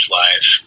life